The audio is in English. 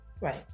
Right